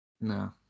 No